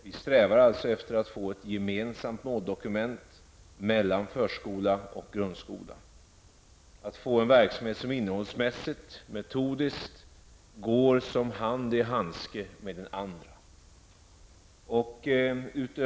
Vi strävar alltså efter att få ett gemensamt måldokument för förskola och grundskola, dvs. en verksamhet som innehållsmässigt och metodiskt går som hand i handske med varandra.